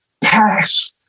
pass